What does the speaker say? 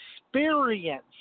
experience